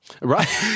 right